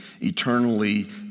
eternally